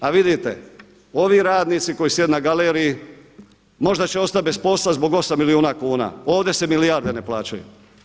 A vidite, ovi radnici koji su na galeriji možda će ostati bez posla zbog 8 milijuna kuna, ovdje se milijarde ne plaćaju.